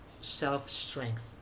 self-strength